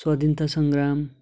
स्वाधीनता सङ्ग्राम